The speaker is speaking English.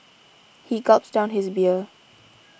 he gulped down his beer